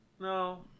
No